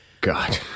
God